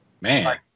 Man